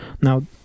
Now